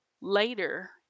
Later